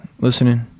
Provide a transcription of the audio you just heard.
Listening